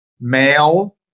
male